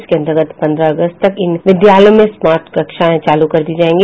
इसके अंतर्गत पन्द्रह अगस्त तक इन विद्यालयों में स्मार्ट कक्षाएं चालू कर दी जायेंगी